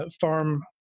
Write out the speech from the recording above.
farm